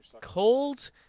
cold